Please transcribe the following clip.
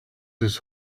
his